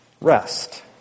rest